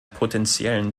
potenziellen